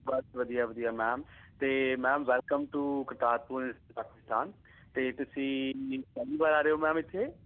ਬਸ ਵਧੀਆ ਵਧੀਆ ਮੈਮ ਅਤੇ ma'am welcome to Kartarpur Pakistan ਅਤੇ ਤੁਸੀਂ ਪਹਿਲੀ ਵਾਰ ਆ ਰਹੇ ਹੋ ਮੈਮ ਇੱਥੇ